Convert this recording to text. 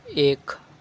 ایک